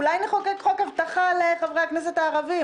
אולי נחוקק חוק אבטחה לחברי הכנסת הערבים,